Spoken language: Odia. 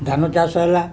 ଧାନ ଚାଷ ହେଲା